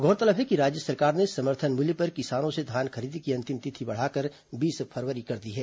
गौरतलब है कि राज्य सरकार ने समर्थन मूल्य पर किसानों से धान खरीदी की अंतिम तिथि बढ़ाकर बीस फरवरी कर दी है